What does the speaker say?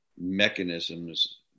mechanisms